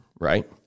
right